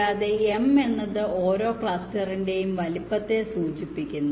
കൂടാതെ m എന്നത് ഓരോ ക്ലസ്റ്ററിന്റെയും വലുപ്പത്തെ സൂചിപ്പിക്കുന്നു